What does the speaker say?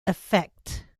effect